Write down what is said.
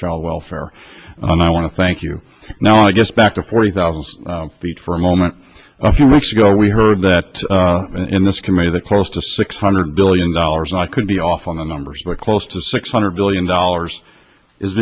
child welfare and i want to thank you now i guess back to forty thousand feet for a moment a few weeks ago we heard that in this committee that close to six hundred billion dollars i could be off on the numbers but close to six hundred billion dollars is